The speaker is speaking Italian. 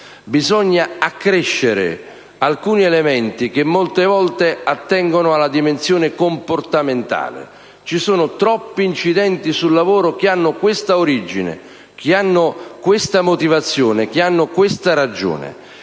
Bisogna accrescere alcuni elementi che molte volte attengono alla dimensione comportamentale. Troppi incidenti sul lavoro hanno questa origine, questa motivazione e ragione,